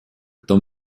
кто